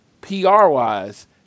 PR-wise